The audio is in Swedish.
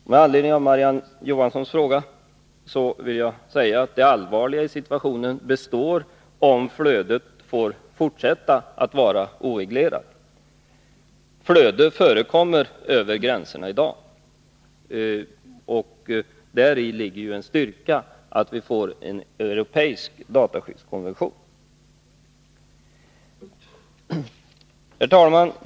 Som svar på Marie-Ann Johanssons fråga vill jag säga att det allvarliga i situationen består, om flödet får fortsätta att vara oreglerat. Flöde förekommer över gränserna i dag. En styrka i det sammanhanget är att vi får en europeisk dataskyddskonvention. Herr talman!